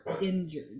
injured